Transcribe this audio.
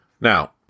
Now